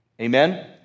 Amen